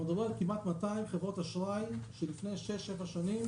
אנחנו מדברים על כמעט 200 חברות אשראי שלפני שש-שבע שנים